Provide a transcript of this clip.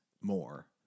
more